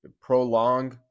prolong